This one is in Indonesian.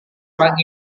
orang